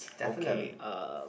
okay um